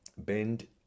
bend